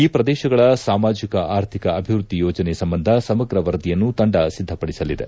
ಈ ಪ್ರದೇಶಗಳ ಸಾಮಾಜಿಕ ಆರ್ಥಿಕ ಅಭಿವೃದ್ದಿ ಯೋಜನೆ ಸಂಬಂಧ ಸಮಗ್ರ ವರದಿಯನ್ನು ತಂಡ ಸಿದ್ದಪಡಿಸಲಿದೆ